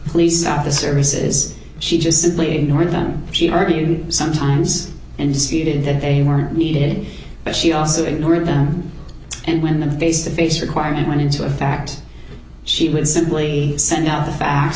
please out the services she just simply ignored them she argued sometimes and ceded that they were needed but she also ignored them and when the face to face required and went into a fact she would simply send out the facts